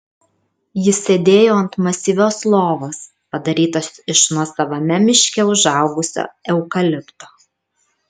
jis sėdėjo ant masyvios lovos padarytos iš nuosavame miške užaugusio eukalipto